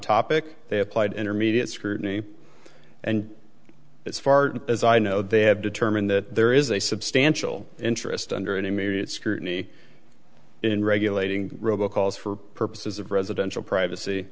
topic they applied intermediate scrutiny and it's far as i know they have determined that there is a substantial interest under an immediate scrutiny in regulating robo calls for purposes of residential privacy